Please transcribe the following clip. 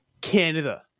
Canada